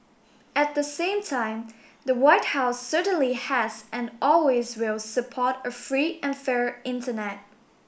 at the same time the White House certainly has and always will support a free and fair internet